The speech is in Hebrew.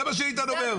זה מה שאיתן אומר.